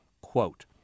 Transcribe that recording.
Quote